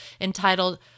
entitled